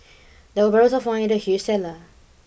there were barrels of wine in the huge cellar